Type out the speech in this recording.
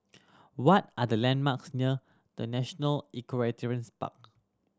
what are the landmarks near The National Equestrian Park